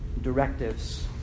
directives